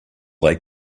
they